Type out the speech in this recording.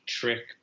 trick